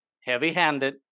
heavy-handed